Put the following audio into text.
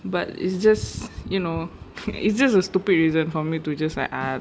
but it's just you know it's just a stupid reason for me to just like ah